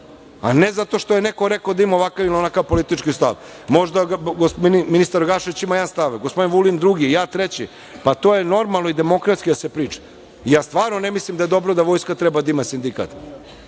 a ne zato što je neko rekao da ima ovakav ili onakav politički stav. Možda ministar Gašić ima jedan stav, gospodin Vulin drugi, ja treći. To je normalno i demokratski da se priča. Stvarno ne mislim da je dobro da vojska treba da ima sindikat.